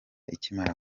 ikimara